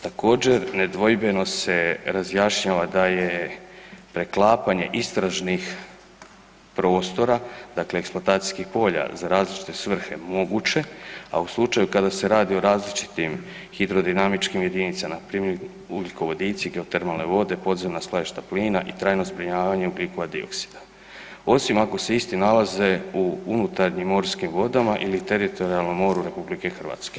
Također, nedvojbeno se razjašnjava da je preklapanje istražnih prostora, dakle eksploatacijskih polja za različite svrhe moguće, a u slučaju kada se radi o različitim hidrodinamičkim jedinicama, npr. ugljikovodici i geotermalne vode, podzemna skladišta plina i tajno zbrinjavanje ugljikova dioksida osim ako se isti nalaze u unutarnjim morskim vodama ili teritorijalnom moru RH.